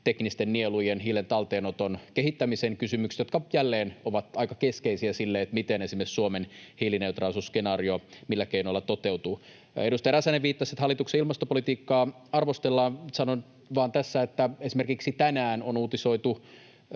teknisten nielujen hiilen talteenoton kehittämisen kysymykset, jotka jälleen ovat aika keskeisiä siinä, millä keinoilla esimerkiksi Suomen hiilineutraalisuusskenaario toteutuu. Edustaja Räsänen viittasi, että hallituksen ilmastopolitiikkaa arvostellaan. Sanon vain tässä, että esimerkiksi tänään on uutisoitu